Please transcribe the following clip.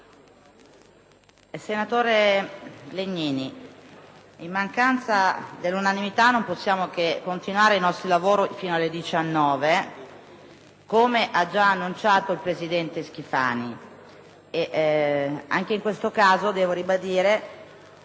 Senatore Legnini, in assenza dell'unanimità dell'Aula, non possiamo che continuare i nostri lavori fino alle ore 19, come già annunciato dal presidente Schifani. Anche in questo caso, devo ribadire